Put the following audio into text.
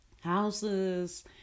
houses